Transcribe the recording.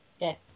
Yes